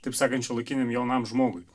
taip sakant šiuolaikiniam jaunam žmogui